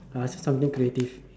I would choose something creative